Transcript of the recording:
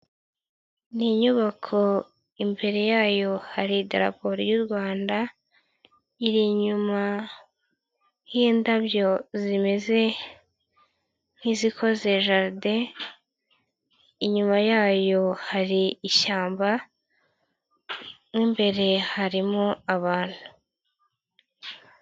Ni inyubako imbere yayo hari idarapo ry'u Rwanda, iri inyuma h'indabyo zimeze nk'izikoze jaride, inyuma yayo hari ishyamba, mo imbere harimo abantu.